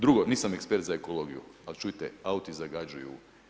Drugo, nisam ekspert za ekologiju, al čujete, auti zagađuju.